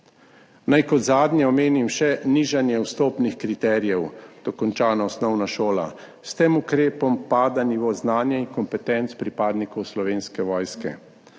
Naj kot zadnje omenim še nižanje vstopnih kriterijev – dokončana osnovna šola. S tem ukrepom pada nivo znanja in kompetenc pripadnikov Slovenske vojske.